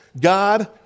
God